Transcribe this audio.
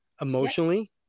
emotionally